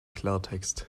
klartext